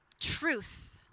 truth